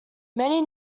many